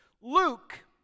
Luke